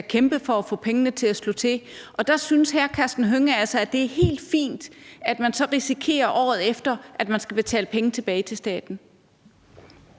kæmpe for at få pengene til at slå til, og der synes hr. Karsten Hønge altså, at det er helt fint, at man så risikerer året efter at skulle betale penge tilbage til staten.